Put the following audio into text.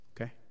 Okay